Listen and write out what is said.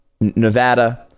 nevada